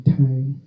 time